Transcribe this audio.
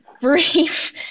brief